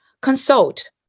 consult